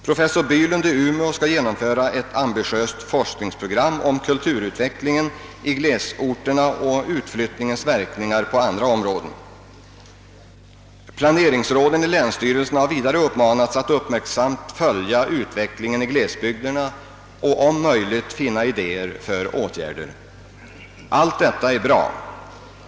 Professor Bylund i Umeå skall genomföra ett ambitiöst forskningsprogram om kulturutvecklingen i glesorterna och utflyttningens verkningar på andra områden. Vidare har planeringsråden i länsstyrelserna uppmanats att uppmärksamt följa utvecklingen i glesbygderna och om möjligt framlägga förslag till åtgärder. Allt detta är bra.